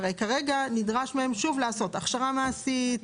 אבל כרגע נדרש מהם שוב לעשות הכשרה מעשית,